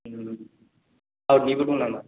आउटनिबो दं नामा